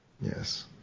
Yes